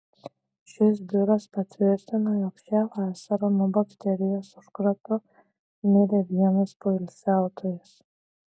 šis biuras patvirtino jog šią vasarą nuo bakterijos užkrato mirė vienas poilsiautojas